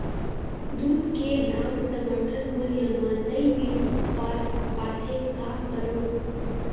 दूध के दाम समर्थन मूल्य म नई मील पास पाथे, का करों?